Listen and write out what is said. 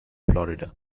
florida